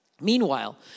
Meanwhile